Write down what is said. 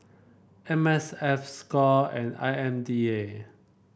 M S F Score and I M D A